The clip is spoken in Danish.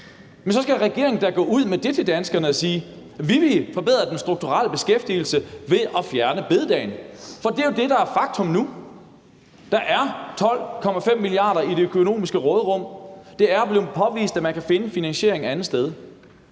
Men så skal regeringen da gå ud med det til danskerne og sige: Vi vil forbedre den strukturelle beskæftigelse ved at fjerne bededagen. For det er jo det, der er faktum nu. Der er 12,5 mia. kr. i det økonomiske råderum; det er blevet påvist, at man kan finde en finansiering et andet sted.